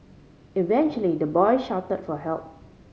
eventually the boy shout for help